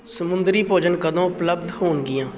ਸਮੁੰਦਰੀ ਭੋਜਨ ਕਦੋਂ ਉਪਲੱਬਧ ਹੋਣਗੀਆਂ